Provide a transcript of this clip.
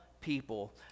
people